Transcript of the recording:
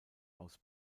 aus